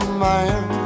man